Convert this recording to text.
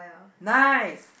nice